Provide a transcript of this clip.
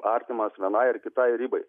artimas vienai ar kitai ribai